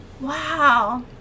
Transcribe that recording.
Wow